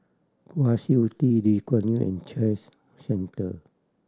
Kwa Siew Tee Lee Kuan Yew and Centre